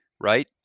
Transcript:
right